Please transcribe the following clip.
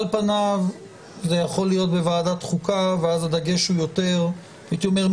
על פניו זה יכול להיות בוועדת חוקה ואז הדגש הוא יותר משפטי-ציבורי,